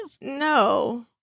no